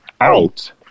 out